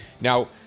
Now